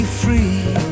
free